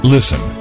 Listen